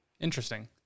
Interesting